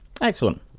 Excellent